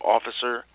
Officer